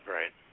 Right